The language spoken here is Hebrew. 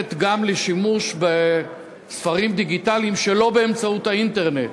מאפשרת גם שימוש בספרים דיגיטליים שלא באמצעות האינטרנט,